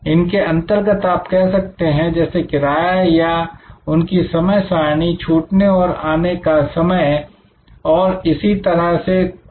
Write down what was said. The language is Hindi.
इनके अंतर्गत आप कह सकते हैं जैसे किराया या उनकी समय सारणी छुटने और आने का समय और भी इसी तरह से कुछ